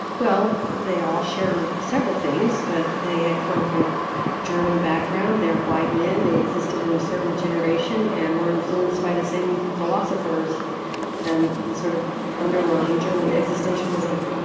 well, they all share several things, but they had come from german background they were white men they existed in a certain generation and were influenced by the same philosophers and sort of underlying german existentialism.